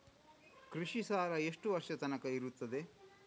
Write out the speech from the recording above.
ಕೃಷಿ ಸಾಲ ಎಷ್ಟು ವರ್ಷ ತನಕ ಇರುತ್ತದೆ?